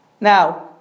Now